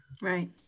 right